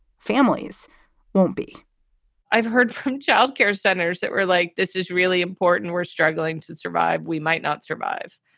families won't be i've heard from child care centers that were like, this is really important. we're struggling to survive. we might not survive.